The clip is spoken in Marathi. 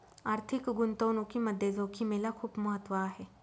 आर्थिक गुंतवणुकीमध्ये जोखिमेला खूप महत्त्व आहे